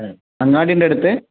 ആ അങ്ങാടിയുടെ അടുത്ത്